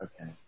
Okay